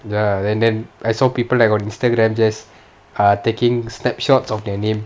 ya and then I saw people like on Instagram just err taking snapshots of their name